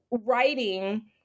writing